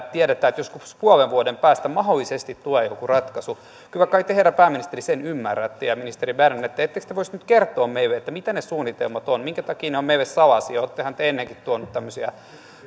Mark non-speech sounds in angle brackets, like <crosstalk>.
<unintelligible> tiedetään että joskus puolen vuoden päästä mahdollisesti tulee joku ratkaisu kyllä kai te herra pääministeri sen ymmärrätte ja ministeri berner ettekö te voisi nyt kertoa meille mitä ne suunnitelmat ovat minkä takia ne ovat meille salaisia olettehan te ennenkin tuoneet tämmöisiä